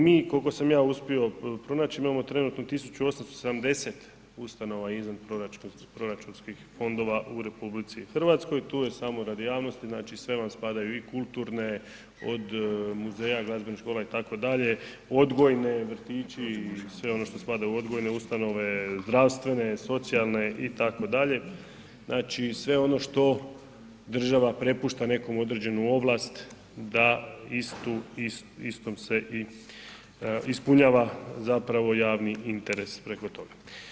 Mi koliko sam ja uspio pronaći imamo trenutno 1870 ustanova izvan proračunskih fondova u RH, tu je samo radi javnosti znači sve vam spadaju i kulturne od muzeja, glazbenih škola itd., odgojne, vrtići i sve ono što spada u odgojne ustanove, zdravstvene, socijalne itd., znači sve ono što država prepušta nekom određenu ovlast da istu, istom se i ispunjava zapravo javni interes preko toga.